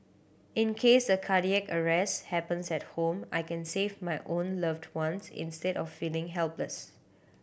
in case a cardiac arrest happens at home I can save my own loved ones instead of feeling helpless